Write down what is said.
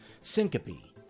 Syncope